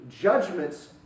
judgments